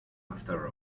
after